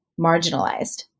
marginalized